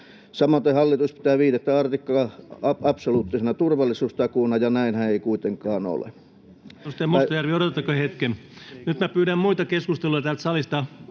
Samaten hallitus pitää 5 artiklaa absoluuttisena turvallisuustakuuna, ja näinhän ei kuitenkaan ole.